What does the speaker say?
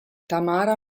tamara